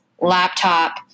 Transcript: laptop